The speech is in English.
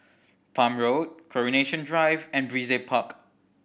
Palm Road Coronation Drive and Brizay Park